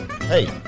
Hey